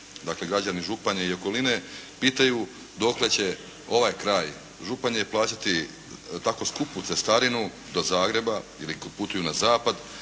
dakle, građani Županije i okoline pitanju dokle će ovaj kraj Županije plaćati tako skupu cestarinu do Zagreba ili kada putuju na zapad